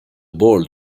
board